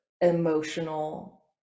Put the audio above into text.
emotional